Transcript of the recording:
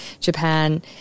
Japan